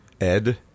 Ed